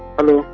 Hello